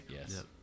Yes